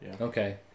Okay